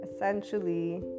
Essentially